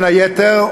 בין היתר,